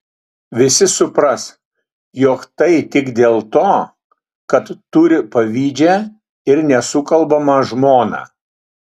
visi supras jog tai tik dėl to kad turi pavydžią ir nesukalbamą žmoną